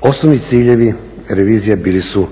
Osnovni ciljevi revizije bili su